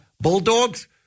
Bulldogs